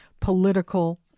political